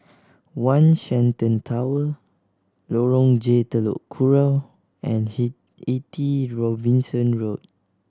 One Shenton Tower Lorong J Telok Kurau and Eighty Robinson Road